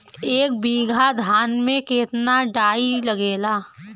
एक बीगहा धान में केतना डाई लागेला?